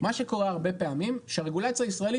מה שקורה הרבה פעמים זה שהרגולציה הישראלית